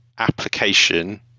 Application